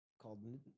called